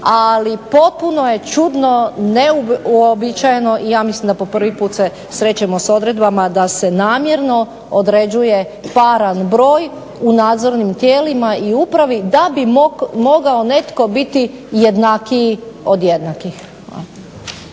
ali potpuno je čudno i neuobičajeno i ja mislim po prvi puta se srećemo s odredbama da se namjerno određuje paran broj u nadzornim tijelima i upravi da bi netko mogao biti jednakiji od jednakih.